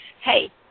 hey